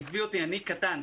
עזבי אותי, אני קטן,